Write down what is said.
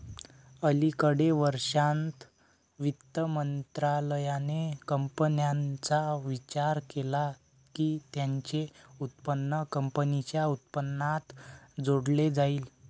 अलिकडे वर्षांत, वित्त मंत्रालयाने कंपन्यांचा विचार केला की त्यांचे उत्पन्न कंपनीच्या उत्पन्नात जोडले जाईल